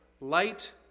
light